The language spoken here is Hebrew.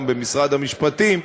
גם במשרד המשפטים,